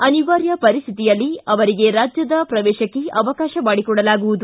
ಅನಿವಾರ್ಯ ಪರಿಸ್ವಿತಿಯಲ್ಲಿ ಅವರಿಗೆ ರಾಜ್ಯದ ಪ್ರವೇಶಕ್ಕೆ ಅವಕಾಶ ಮಾಡಿಕೊಡಲಾಗುವುದು